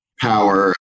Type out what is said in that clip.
power